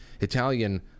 italian